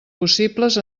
possibles